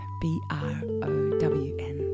B-R-O-W-N